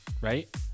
Right